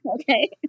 Okay